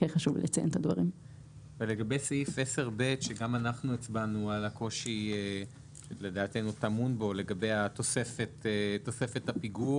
לגבי סעיף 10(ב) שגם אנחנו הצבענו על הקושי שטמון בו לגבי תוספת הפיגור